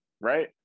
right